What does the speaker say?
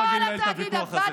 אני לא רגיל לנהל את הוויכוח הזה.